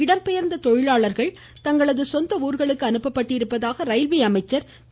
இடம்பெயர்ந்த தொழிலாளர்கள் தங்களது ஊர்களுக்கு அனுப்பப்பட்டிருப்பதாக ரயில்வே அமைச்சர் திரு